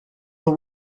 the